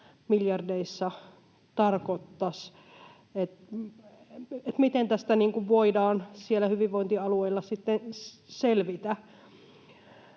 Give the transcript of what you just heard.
miljardeissa tarkoittaisi ja miten tästä voidaan siellä hyvinvointialueilla sitten